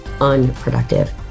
unproductive